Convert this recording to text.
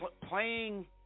playing